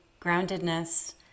groundedness